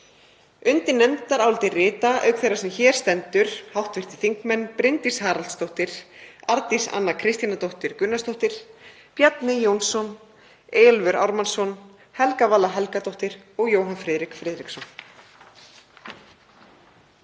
Undir nefndarálitið rita, auk þeirrar sem hér stendur, hv. þingmenn Bryndís Haraldsdóttir, Arndís Anna Kristínardóttir Gunnarsdóttir, Bjarni Jónsson, Eyjólfur Ármannsson, Helga Vala Helgadóttir og Jóhann Friðrik Friðriksson.